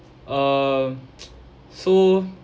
um so